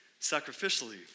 sacrificially